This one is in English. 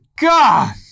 God